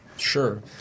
Sure